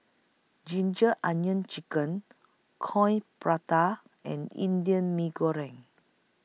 Ginger Onions Chicken Coin Prata and Indian Mee Goreng